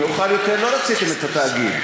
מאוחר יותר לא רציתם את התאגיד,